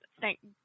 thank